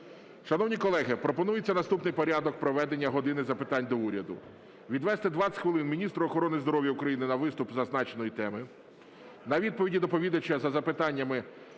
Шановні колеги, пропонується наступний порядок проведення "години запитань до Уряду": відвести 20 хвилин міністру охорони здоров'я України на виступ із зазначеної теми, на відповіді доповідача за запитаннями